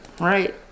right